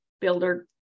builder